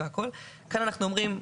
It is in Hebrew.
האיזון כאן הוא בכך שאנחנו אומרים: